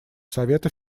совета